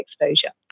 exposure